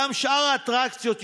גם שאר האטרקציות יישארו,